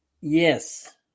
Yes